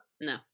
No